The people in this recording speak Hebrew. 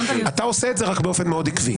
אתה רק עושה את זה באופן מאוד עקבי.